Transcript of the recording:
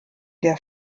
der